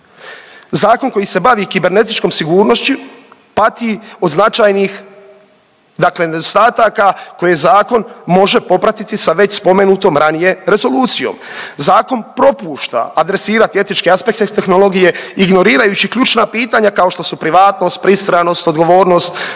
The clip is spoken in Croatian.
Zakon koji se bavi kibernetičkom sigurnošću pati od značajnih, dakle nedostataka koje zakon može popratiti sa već spomenutom ranije rezolucijom. Zakon propušta adresirati etičke aspekte, tehnologije ignorirajući ključna pitanja kao što su privatnost, pristranost, odgovornost